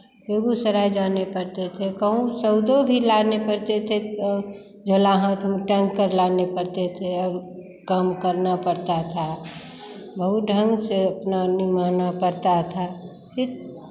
बेगूसराय जाने पड़ते थे कहूँ सौदो भी लाने पड़ते थे झोला हाथ में टाँगकर लाने पड़ते थे और काम करना पड़ता था बहुत ढंग से अपना निभाना पड़ता था फिर